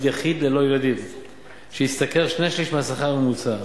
יחיד ללא ילדים שהשתכר שני-שלישים מהשכר הממוצע,